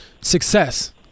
success